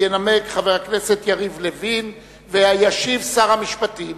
ינמק חבר הכנסת יריב לוין וישיב שר המשפטים.